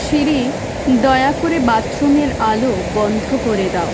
সিরি দয়া করে বাথরুমের আলো বন্ধ করে দাও